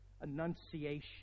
annunciation